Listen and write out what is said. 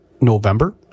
November